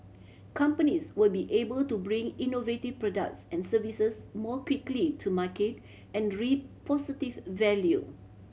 companies will be able to bring innovative products and services more quickly to market and reap positive value